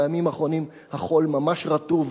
בימים האחרונים החול ממש רטוב,